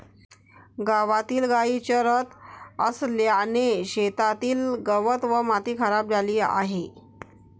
गावातील गायी चरत असल्याने शेतातील गवत व माती खराब झाली आहे